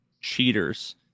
cheaters